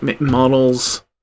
models